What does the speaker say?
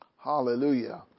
Hallelujah